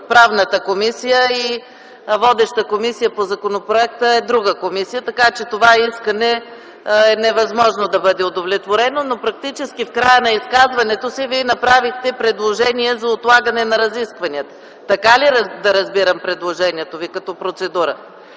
Правната комисия и водеща комисия по законопроекта е друга комисия. Така че това искане е невъзможно да бъде удовлетворено. Практически, в края на изказването си ,Вие направихте предложение за отлагане на разискванията. Така ли да разбирам предложението Ви като процедура?